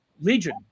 legion